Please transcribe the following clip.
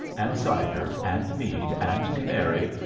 and cider, and mead, and canary,